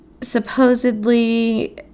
Supposedly